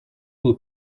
был